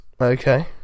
Okay